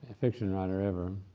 ah fiction writer ever,